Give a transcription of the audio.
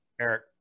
Eric